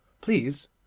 please